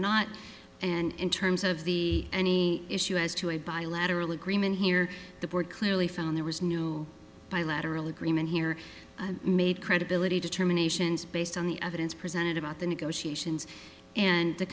not and in terms of the any issue as to a bilateral agreement here the board clearly found there was new bilateral agreement here made credibility determinations based on the ovens presented about the negotiations and the